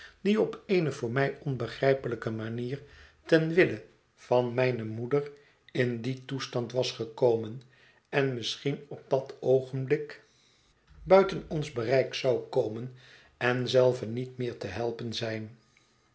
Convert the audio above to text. die op eene voor mij onbegrijpelijke manier ten wille van mijne moeder in dien toestand was gekomen en misschien op dat oogenblik buiten ons bereik zou komen en zelve niet meer te helpen zijn